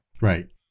Right